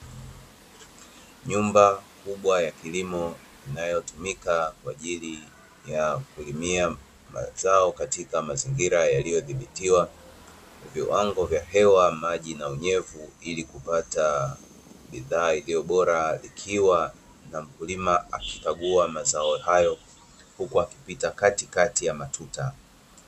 Nyumba kubwa ya kilimo inayotumika kwa ajili ya kulimia mazao, katika mazingira yaliyodhibitiwa viwango vya hewa, maji na unyevu ili kupata bidhaa iliyo bora, ikiwa na mkulima akikagua mazao hayo huku akipita katikati ya matuta.